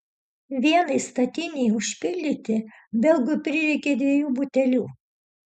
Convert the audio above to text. vienai statinei užpildyti belgui prireikė dviejų butelių